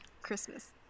Christmas